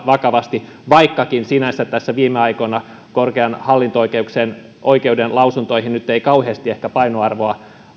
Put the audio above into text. vakavasti vaikkakaan sinänsä tässä viime aikoina korkeimman hallinto oikeuden lausunnoille nyt ei kauheasti ehkä painoarvoa